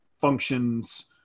functions